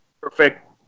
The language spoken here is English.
perfect